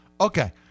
Okay